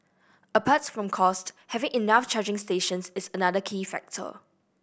apart from cost having enough charging stations is another key factor